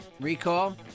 recall